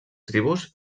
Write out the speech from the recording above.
tribus